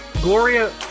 Gloria